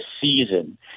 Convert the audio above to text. season